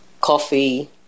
coffee